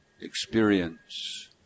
experience